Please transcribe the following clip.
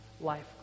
life